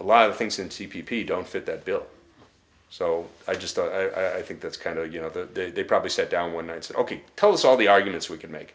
a lot of things in c p p don't fit that bill so i just i think that's kind of you know the they probably set down when i said ok tell us all the arguments we can make